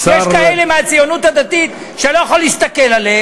יש כאלה מהציונות הדתית שאני לא יכול להסתכל עליהם,